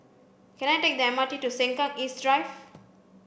can I take the M R T to Sengkang East Drive